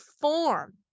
form